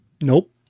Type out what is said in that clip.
Nope